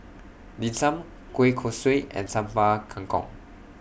Dim Sum Kueh Kosui and Sambal Kangkong